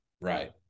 right